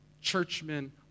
churchmen